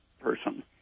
person